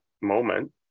moment